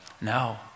No